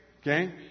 Okay